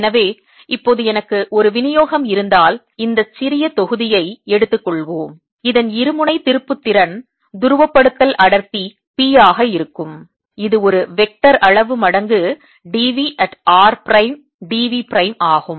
எனவே இப்போது எனக்கு ஒரு விநியோகம் இருந்தால் இந்த சிறிய தொகுதியை கன அளவை எடுத்துக் கொள்வோம் இதன் இருமுனை திருப்புத்திறன் துருவப்படுத்தல் அடர்த்தி P ஆக இருக்கும் இது ஒரு வெக்டர் அளவு மடங்கு d v at r prime d v prime ஆகும்